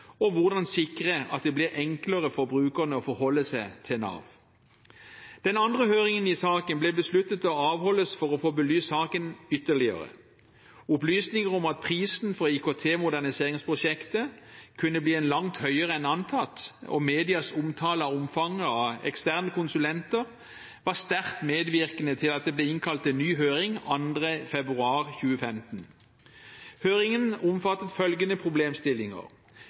utlandet? Hvordan sikre at det blir enklere for brukerne å forholde seg til Nav? Den andre høringen i saken ble besluttet avholdt for å få belyst saken ytterligere. Opplysninger om at prisen for IKT-moderniseringsprosjektet kunne bli langt høyere enn antatt, og medias omtale av omfanget av eksterne konsulenter, var sterkt medvirkende til at det ble innkalt til en ny høring 2. februar 2015. Høringen omfattet følgende problemstillinger: